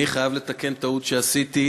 אני חייב לתקן טעות שעשיתי.